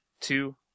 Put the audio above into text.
two